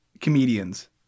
comedians